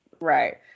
Right